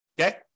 Okay